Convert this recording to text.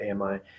AMI